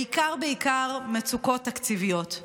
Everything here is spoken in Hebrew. בעיקר בעיקר מצוקות תקציביות,